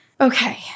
Okay